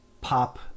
pop